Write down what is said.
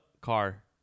car